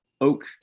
oak